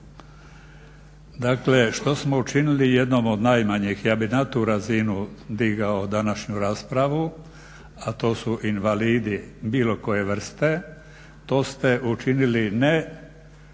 Dakle, što smo učinili jednom od najmanjih, ja bi na tu razinu digao današnju raspravu a to su invalidi bilo koje vrste. To ste učinili ne